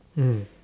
mm